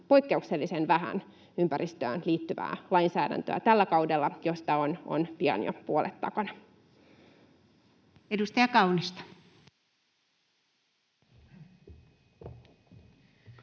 poikkeuksellisen vähän, ympäristöön liittyvää lainsäädäntöä tällä kaudella, josta on pian jo puolet takana. Edustaja Kaunisto.